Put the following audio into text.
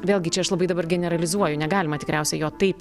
vėlgi čia aš labai dabar generalizuoju negalima tikriausiai jo taip